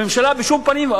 הממשלה בשום פנים,